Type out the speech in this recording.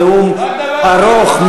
מה עם המים?